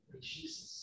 Jesus